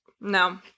No